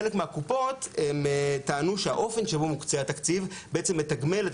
חלק מהקופות טענו שהאופן שבו התקציב מוקצה בעצם מתגמל את